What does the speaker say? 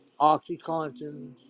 OxyContin